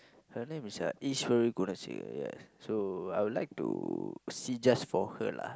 her name is uh ya so I would like to see just for her lah